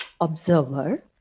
observer